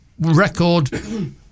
record